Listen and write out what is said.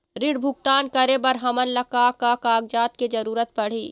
ऋण भुगतान करे बर हमन ला का का कागजात के जरूरत पड़ही?